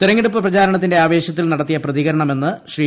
തെരഞ്ഞെടുപ്പ് പ്രചരണത്തിന്റെ ആവേശത്തിൽ നടത്തിയ പ്രതികരണമെന്ന് ശ്രീ